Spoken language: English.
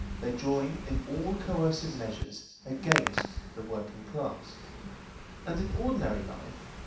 they join in all coercive measures against the working class and in ordinary life,